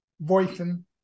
voicing